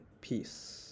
Peace